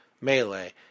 melee